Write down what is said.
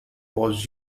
was